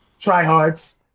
Tryhards